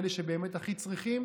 אלה שבאמת הכי צריכים.